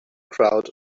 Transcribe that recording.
crowd